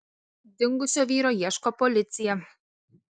dingusio vyro ieško policija